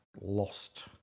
lost